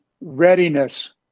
readiness